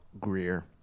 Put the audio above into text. Greer